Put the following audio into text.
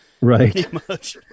Right